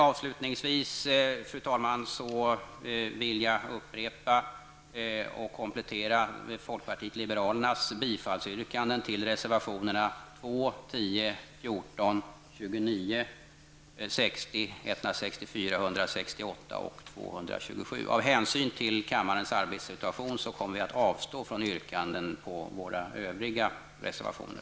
Avslutningsvis, fru talman, vill jag upprepa och komplettera folkpartiet liberalernas yrkanden om bifall till reservationerna 2, 10, 14, 29, 60, 164, 168 och 227. Av hänsyn till kammarens arbetssituation avstår jag från yrkanden på våra övriga reservationer.